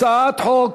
הצעת חוק